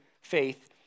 faith